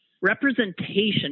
representation